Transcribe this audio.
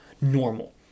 normal